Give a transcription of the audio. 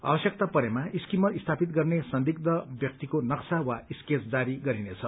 आवश्यकता परेमा स्किमर स्थापित गर्ने संदिग्व व्यक्तिको नक्शा वा स्केच जारी गरिनेछ